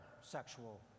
sexual